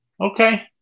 Okay